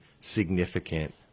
significant